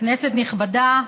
כנסת נכבדה,